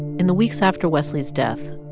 in the weeks after wesley's death,